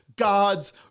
God's